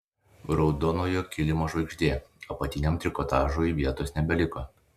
raudonojo kilimo žvaigždė apatiniam trikotažui vietos nebeliko